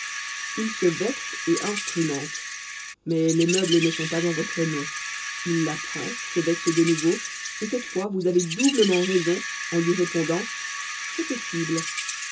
il se vexe et instrumente mais les meubles ne sont pas en votre nom il l'apprend se vexe de nouveau et cette fois vous avez doublement raison en lui répondant c'est possible